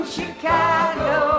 Chicago